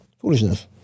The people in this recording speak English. Foolishness